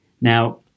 now